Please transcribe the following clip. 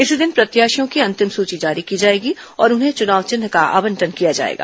इसी दिन प्रत्याशियों की अंतिम सूची जारी की जाएगी और उन्हें चुनाव चिन्ह का आवंटन किया जाएगा